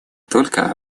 только